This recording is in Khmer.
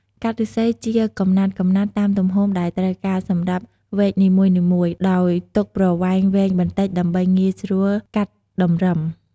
កាត់ឫស្សីជាកំណាត់ៗតាមទំហំដែលត្រូវការសម្រាប់វែកនីមួយៗ ដោយទុកប្រវែងវែងបន្តិចដើម្បីងាយស្រួលកាត់តម្រឹម។